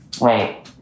Wait